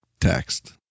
text